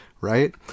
right